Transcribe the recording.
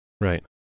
Right